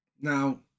Now